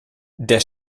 der